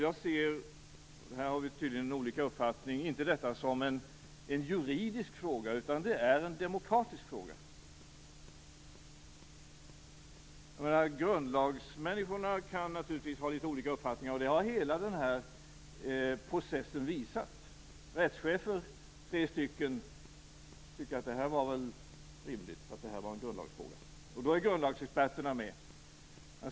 Jag ser, och här har vi tydligen olika uppfattning, inte detta som en juridisk fråga, utan det är en demokratisk fråga. Grundlagsmänniskorna kan naturligtvis ha litet olika uppfattningar, och det har hela den här processen visat. Rättschefer, tre stycken, tycker att det är rimligt att det här är en grundlagsfråga. Då är grundlagsexperterna med.